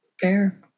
Fair